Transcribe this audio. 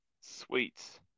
Sweet